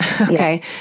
okay